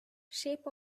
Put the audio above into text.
shape